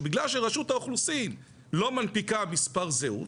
שבגלל שרשות האוכלוסין לא מנפיקה מספר זהות,